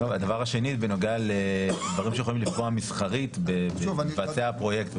הדבר השני בנוגע לדברים שיכולים לפגוע מסחרית במבצע הפרויקט,